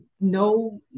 no